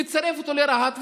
לצרף אותו לרהט,